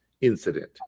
incident